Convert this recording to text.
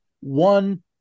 one